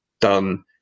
done